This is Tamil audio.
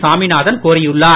சாமிநாதன்கோரியுள்ளார்